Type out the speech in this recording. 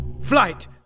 Flight